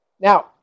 Now